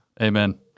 Amen